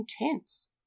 intense